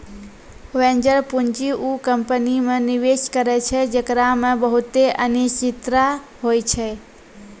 venture पूंजी उ company मे निवेश करै छै जेकरा मे बहुते अनिश्चिता होय छै